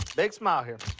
big smile here.